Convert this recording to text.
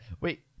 Wait